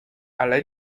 ale